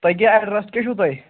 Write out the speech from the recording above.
تۄہہِ کیٛاہ اٮ۪ڈرَس کیٛاہ چھُو تۄہہِ